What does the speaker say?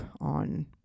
on